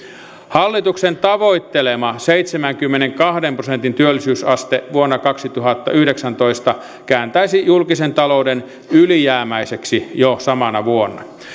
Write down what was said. hallituksen tavoittelema seitsemänkymmenenkahden prosentin työllisyysaste vuonna kaksituhattayhdeksäntoista kääntäisi julkisen talouden ylijäämäiseksi jo samana vuonna